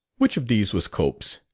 which of these was cope's,